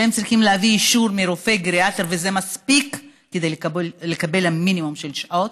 שצריכים להביא אישור מרופא גריאטר וזה מספיק כדי לקבל מינימום של שעות,